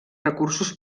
recursos